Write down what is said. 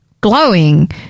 glowing